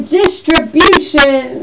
distribution